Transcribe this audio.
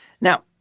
Now